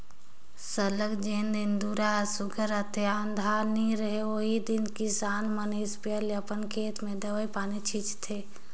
सरलग जेन दिन दुरा हर सुग्घर रहथे अंधार नी रहें ओही दिन किसान मन इस्पेयर ले अपन खेत में दवई पानी छींचथें